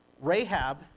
Rahab